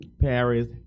Paris